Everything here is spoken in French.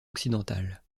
occidentales